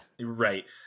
right